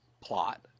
plot